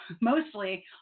mostly